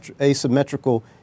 asymmetrical